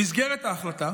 במסגרת ההחלטה